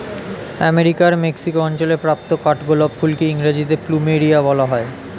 আমেরিকার মেক্সিকো অঞ্চলে প্রাপ্ত কাঠগোলাপ ফুলকে ইংরেজিতে প্লুমেরিয়া বলা হয়